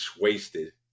wasted